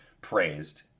praised